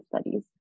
Studies